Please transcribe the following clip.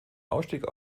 ausstieg